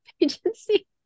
agency